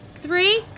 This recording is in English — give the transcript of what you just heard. three